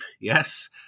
yes